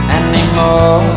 anymore